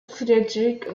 frederick